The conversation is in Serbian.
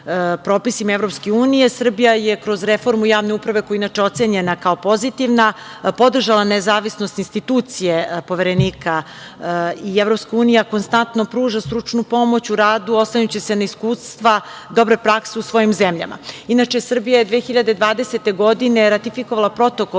propisima EU, Srbija je kroz reformu javne uprave, koja je inače ocenjena kao pozitivna, podržala nezavisnost institucije Poverenika i EU konstantno pruža stručnu pomoć u radu oslanjajući se na iskustva i dobru praksu u svojim zemljama. Inače, Srbija je 2020. godine ratifikovala Protokol